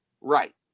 Right